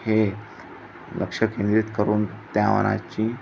हे लक्षकेंद्रित करून त्या आव्हानाची